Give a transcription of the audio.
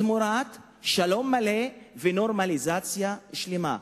תמורת שלום מלא ונורמליזציה שלמה.